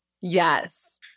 Yes